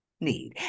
need